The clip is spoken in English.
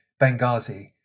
Benghazi